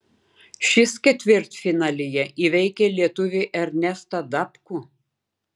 šis ketvirtfinalyje įveikė lietuvį ernestą dapkų